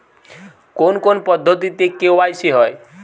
কোন কোন পদ্ধতিতে কে.ওয়াই.সি হয়?